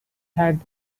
had